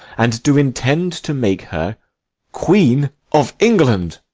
and do intend to make her queen of england.